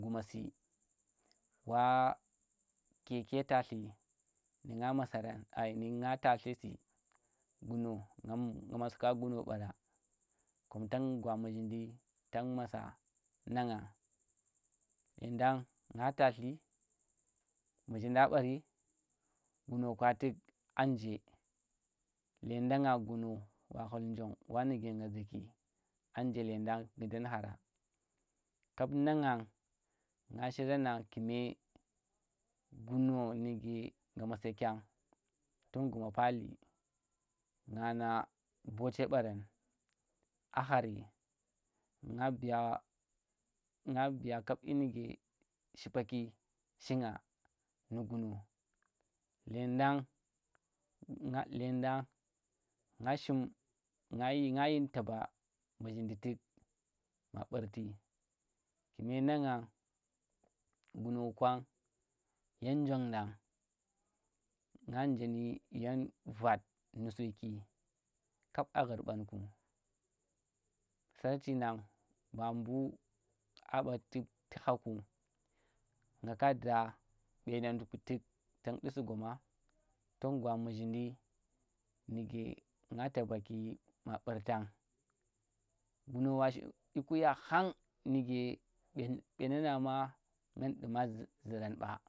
Guma su, wa keke talti nu nga masaran ai nu nga tattli su, guno nga masak guno ɓara, kon tang gwa muzhindi tan masa nang ngeng lendang nga talti, muzhinda ɓari gono kwa tukh a nje lledanga guno wa khul njon wanuga nga zuki a nje ledeng gundam khara kap nang ngang nga shiram nang kume guno nuge nga masak tun guma pali nga na bote ɓa a khari nga biya, nga biya ka dyi nuge shipaki shinga nu guno llendang, llendang nga nga yin nga yin taba muzhinda tuk, ma ɓurti kume nan ngang guno kwang yen njong dang, nga nje nu yen Vat nusuki kap a ghurɓanku sarchi nang ba mbu̱ a ɓatuk tu̱ kha ku nga ka da ɓenem ku tuk tang ndusi goma tan gwa muzhindi nuga ngga tabaki ma ɓurtang guno shi dyi ku ya khang nug be, ɓenen na ma ngan ɗuma zu- zuran ɓa.